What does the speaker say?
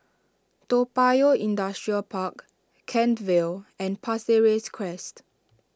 Toa Payoh Industrial Park Kent Vale and Pasir Ris Crest